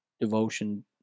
devotion